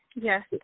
Yes